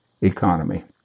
economy